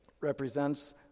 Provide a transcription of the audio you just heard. represents